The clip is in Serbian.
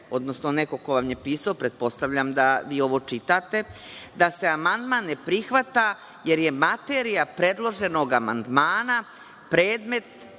odnosno neko ko vam je pisao, pretpostavljam da vi ovo čitate, da se amandman ne prihvata jer je materija predloženog amandmana predmet